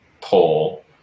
pull